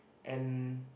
and